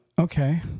okay